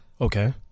Okay